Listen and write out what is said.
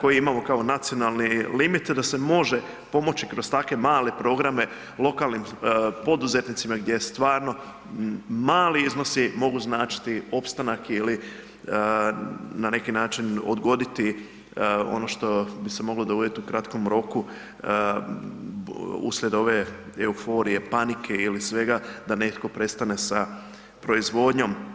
koji imamo kao nacionalni limit, da se može pomoći kroz takve male programe lokalnim poduzetnicima gdje je stvarno mali iznosi mogu značiti opstanak ili na neki način odgoditi ono što bi se moglo dogoditi u kratkom roku uslijed ove euforije, panike ili svega da netko prestane sa proizvodnjom.